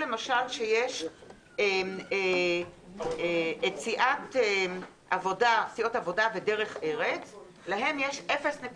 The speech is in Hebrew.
למשל שיש את סיעות עבודה ודרך ארץ, להם יש